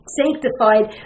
sanctified